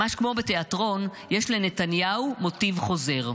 ממש כמו בתיאטרון, יש לנתניהו מוטיב חוזר: